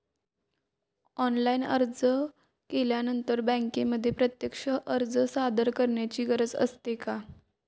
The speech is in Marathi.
ऑनलाइन अर्ज केल्यानंतर बँकेमध्ये प्रत्यक्ष अर्ज सादर करायची गरज असते का?